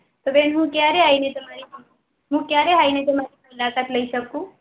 તો બેન હું ક્યારે આવીને તમારી હું ક્યારે આવીને તમારી મુલાકાત લઈ શકું